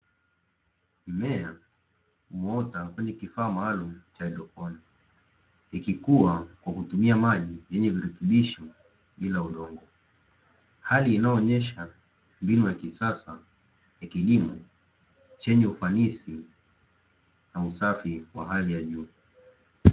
Mmea huota kwenye kifaa kidogo cha haidroponi, ikikua kwa kutumia maji yenye virutubisho bila udongo, hali inayoonyesha mbinu ya kisasa ya kilimo chenye ufanisi na usafi wa hali ya juu.